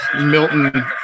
Milton